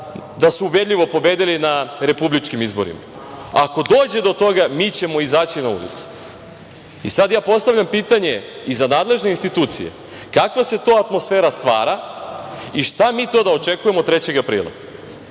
da su ubedljivo pobedili na republičkim izborima. Ako dođe do toga mi ćemo izaći na ulice“.Sad ja postavljam pitanje i za nadležne institucije – kakva se to atmosfera stvara i šta mi to da očekujemo 3. aprila,